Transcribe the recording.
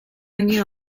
ogni